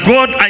God